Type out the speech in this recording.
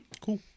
Cool